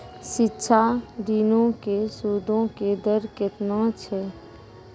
शिक्षा ऋणो के सूदो के दर केतना छै?